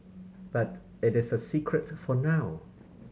but it is a secret for now